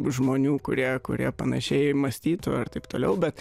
žmonių kurie kurie panašiai mąstytų ar taip toliau bet